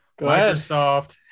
Microsoft